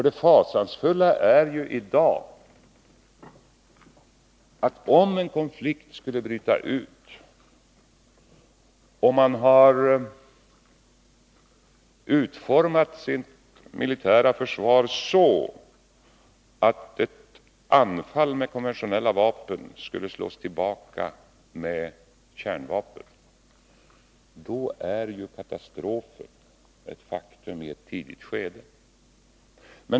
Det fasansfulla i dag är ju att om en konflikt skulle bryta ut, och man har utformat sitt militära försvar på ett sådant sätt att ett anfall med konventionella vapen skulle slås tillbaka med kärnvapen är ju katastrofen ett faktum i ett tidigt skede.